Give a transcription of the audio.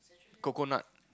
coconut